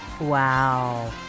Wow